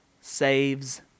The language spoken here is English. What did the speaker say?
saves